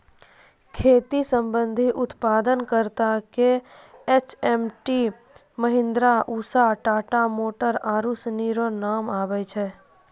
खेती संबंधी उप्तादन करता मे एच.एम.टी, महीन्द्रा, उसा, टाटा मोटर आरु सनी रो नाम आबै छै